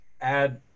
add